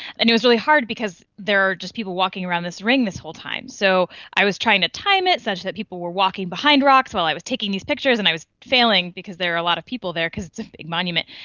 and it was really hard because there were just people walking around this ring this whole time. so i was trying to time it such that people were walking behind rocks while i was taking these pictures, and i was failing because there were a lot of people there because it's a big monument.